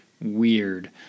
weird